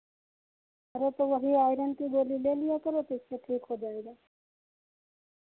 अरे तो वही आयरन की गोली ले लिया करो तो उससे ठीक हो जाएगा